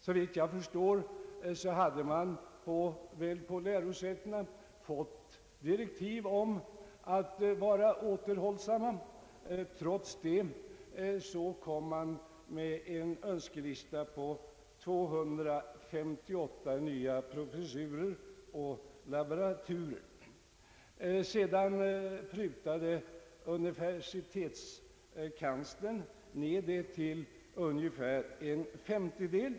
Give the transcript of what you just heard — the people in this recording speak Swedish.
Såvitt jag förstår hade man vid lärosätena fått direktiv om att vara återhållsam. Ändå har det inkommit en önskelista på 258 nya professurer och laboraturer. Universitetskanslern prutade sedan ned siffran till ungefär en femtedel.